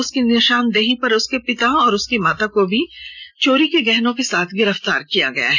उसकी निशानदेही पर उसके पिता और अब उसकी मां को भी चोरी के गहने के साथ गिरफ्तार किया गया है